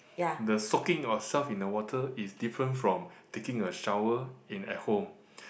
the soaking yourself in the water is different from taking a shower in at home